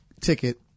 ticket